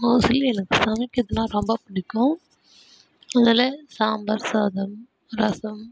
mostly எனக்கு சமைக்கிறதுனா ரொம்ப பிடிக்கும் அதனால் சாம்பார் சாதம் ரசம்